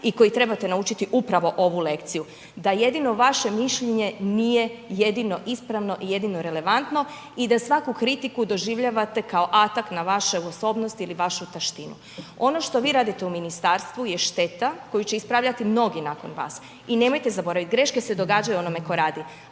i koji trebate naučiti upravo ovu lekciju da jedino vaše mišljenje nije jedino ispravno i jedino relevantno i da svaku kritiku doživljavate kao atackt na vašu osobnost ili vašu taštinu. Ono što vi radite u ministarstvu je šteta koju će ispravljati mnogi nakon vas. I nemojte zaboravljati greške se događaju onome tko radi